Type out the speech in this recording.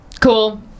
Cool